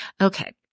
Okay